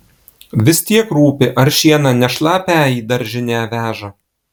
vis tiek rūpi ar šieną ne šlapią į daržinę veža